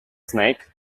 snake